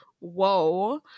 Whoa